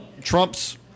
Trump's